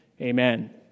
Amen